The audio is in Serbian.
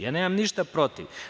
Ja nemam ništa protiv.